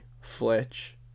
Fletch